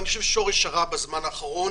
אני חושב ששורש הרע בזמן האחרון